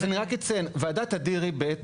ועדת אדירי ב'